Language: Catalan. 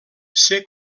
ser